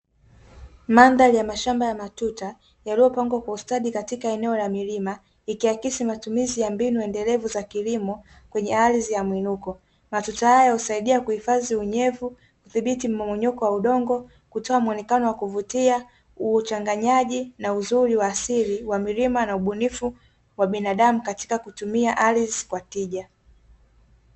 Mandhari ya mashamba ya matuta yaliyopangwa kwa ustadi katika eneo la milima ikiakisi matumizi ya mbinu endelevu za kilimo kwenye ardhi ya muinuko. Matuta haya husaidia kuhifadhi unyevu, kudhibiti mmomonyoko wa udongo kutoa muonekano wa kuvutia uchanganyaji na uzuri wa asili ya milima na ubunifu wa binadamu katika kutumia ardhi kwa tija.